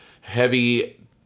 heavy